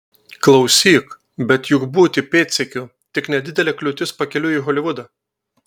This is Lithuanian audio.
klausyk bet juk būti pėdsekiu tik nedidelė kliūtis pakeliui į holivudą